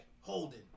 holding